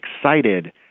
excited